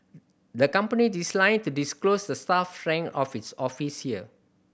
the company to disclose the staff strength of its office here